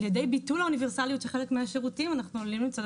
שעל ידי ביטול האוניברסאליות של חלק מהשירותים אנחנו עלולים למצוא את